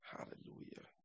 Hallelujah